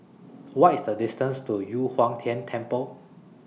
What IS The distance to Yu Huang Tian Temple